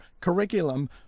curriculum